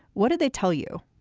what did they tell you